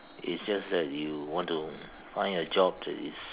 is just that you want to find a job that is